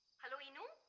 hello. enoo.